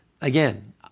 again